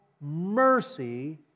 mercy